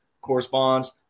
corresponds